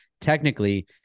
technically